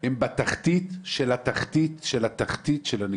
הם בתחתית של התחתית של התחתית של הנגישות.